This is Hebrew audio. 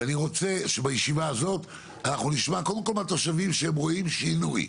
אני רוצה שבישיבה הזאת אנחנו נשמע קודם כל מהתושבים שהם רואים שינוי,